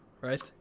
right